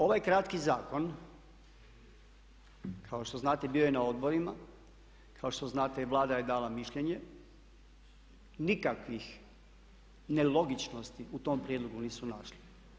Ovaj kratki zakon kao što znate bio je na odborima, kao što znate i Vlada je dala mišljenje nikakvih nelogičnosti u tom prijedlogu nisu našli.